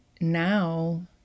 now